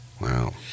Wow